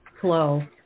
flow